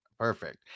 Perfect